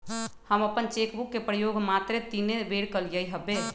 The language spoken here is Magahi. हम अप्पन चेक बुक के प्रयोग मातरे तीने बेर कलियइ हबे